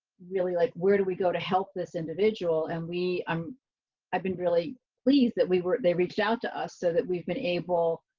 really like, where do we go to help this individual? and we. um i've been really pleased that we were, they reached out to us so that we've been able.